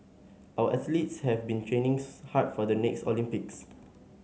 our athletes have been training hard for the next Olympics